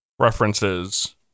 References